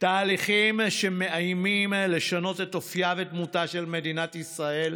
תהליכים שמאיימים לשנות את אופייה ודמותה של מדינת ישראל